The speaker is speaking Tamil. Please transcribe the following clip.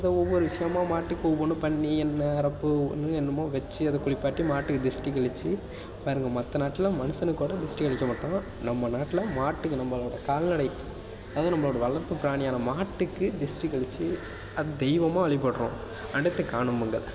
அதை ஒவ்வொரு விஷயமா மாட்டுக்கு ஒவ்வொன்றும் பண்ணி எண்ண அரப்பு இன்னும் என்னமோ வச்சு அதை குளிப்பாட்டி மாட்டுக்கு திஷ்டி கழிச்சு பாருங்கள் மற்ற நாட்டில் எல்லாம் மனுஷனுக்கூட திஷ்டி கழிக்க மாட்டோம் நம்ம நாட்டில் மாட்டுக்கு நம்பளோட கால்நடை அதுவும் நம்பளோட வளர்ப்பு பிராணியான மாட்டுக்கு திஷ்டி கழிச்சு அதை தெய்வமாக வழிபடுறோம் அடுத்து காணும் பொங்கல்